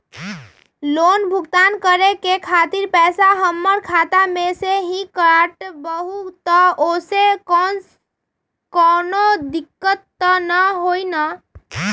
Loan भुगतान करे के खातिर पैसा हमर खाता में से ही काटबहु त ओसे कौनो दिक्कत त न होई न?